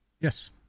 Yes